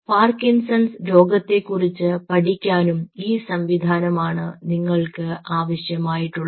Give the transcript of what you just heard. Parkinson രോഗത്തെക്കുറിച്ച് പഠിക്കാനും ഈ സംവിധാനം ആണ് നിങ്ങൾക്ക് ആവശ്യമായിട്ടുള്ളത്